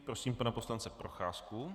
Prosím pana poslance Procházku.